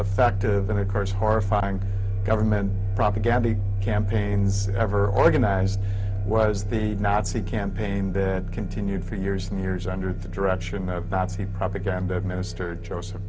effective and of course horrifying government propaganda campaigns ever organized was the nazi campaign that continued for years and years under the direction of nazi propaganda minister